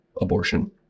abortion